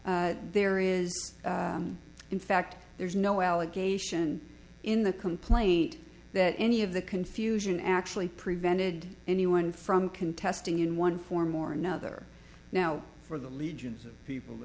there is in fact there's no allegation in the complaint that any of the confusion actually prevented anyone from contesting in one form or another now for the